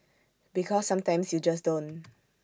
because sometimes you just don't